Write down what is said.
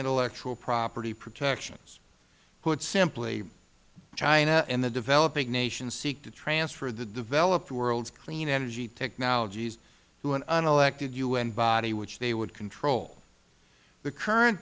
intellectual property protections put simply china and the developing nations seek to transfer the developed world's clean energy technologies to an unelected u n body which they would control the current